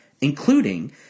including